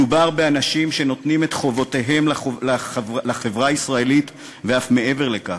מדובר באנשים שממלאים את חובותיהם לחברה הישראלית ואף מעבר לכך.